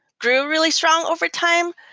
grew really strong over time.